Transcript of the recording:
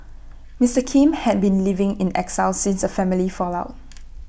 Mister Kim had been living in exile since A family fallout